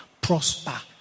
prosper